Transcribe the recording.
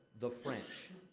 the french.